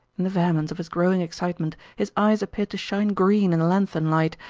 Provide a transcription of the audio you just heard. in the vehemence of his growing excitement his eyes appeared to shine green in the lanthorn light,